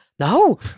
No